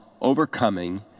Overcoming